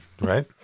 right